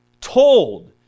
told